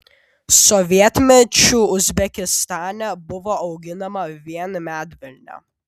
sovietmečiu uzbekistane buvo auginama vien medvilnė